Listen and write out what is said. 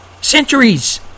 Centuries